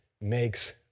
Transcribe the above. makes